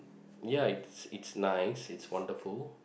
ya it's nice it's wonderful